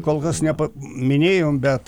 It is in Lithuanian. kol kas nepaminėjom bet